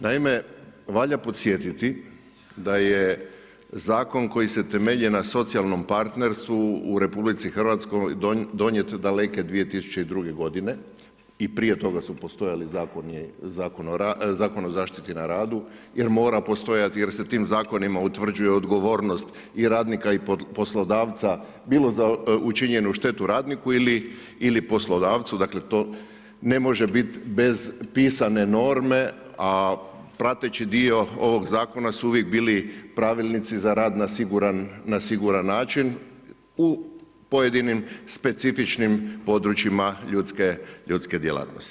Naime, valja podsjetiti da je zakon koji se temelji na socijalnom partnerstvu u RH donijet daleke 2002. godine i prije toga su postojali Zakon o zaštiti na radu jer mora postojati, jer se tim zakonima utvrđuje odgovornost i radnika i poslodavca, bilo za učinjenu štetu radniku ili poslodavcu, dakle to ne može biti bez pisane norme, a prateći dio ovog zakona su uvijek bili pravilnici za rad na siguran način u pojedinim specifičnim područjima ljudske djelatnosti.